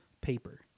paper